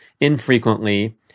infrequently